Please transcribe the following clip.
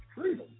freedom